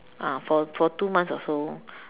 ah for for two months or so